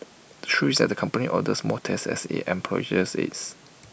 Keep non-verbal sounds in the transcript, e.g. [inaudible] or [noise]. the truth is that company orders more tests as its employees [unintelligible]